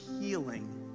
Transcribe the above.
healing